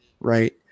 right